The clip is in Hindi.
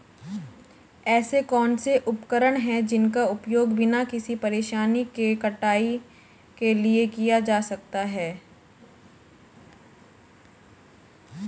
ऐसे कौनसे उपकरण हैं जिनका उपयोग बिना किसी परेशानी के कटाई के लिए किया जा सकता है?